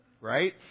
right